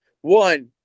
one